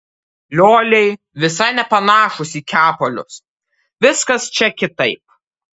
lioliai visai nepanašūs į kepalius viskas čia kitaip